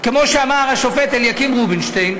כמו שאמר השופט אליקים רובינשטיין,